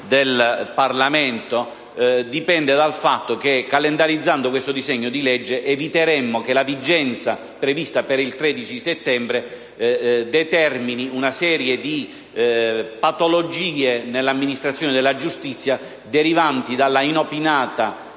del Parlamento dipende dal fatto che, calendarizzando questo disegno di legge, eviteremmo che la vigenza prevista per il 13 settembre determini una serie di patologie nell'amministrazione della giustizia derivante dall'inopinata